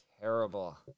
terrible